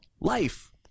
life